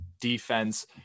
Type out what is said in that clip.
defense